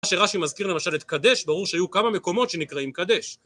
כשרש"י מזכיר למשל את קדש, ברור שהיו כמה מקומות שנקראים קדש.